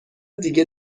دیگه